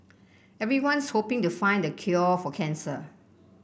everyone's hoping to find the cure for cancer